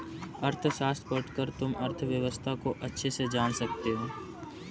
अर्थशास्त्र पढ़कर तुम अर्थव्यवस्था को अच्छे से जान सकते हो